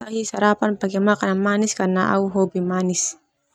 Au ahik sarapan pake makanan manis karna au hobi manis.